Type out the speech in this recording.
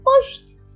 pushed